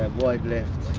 um wide left,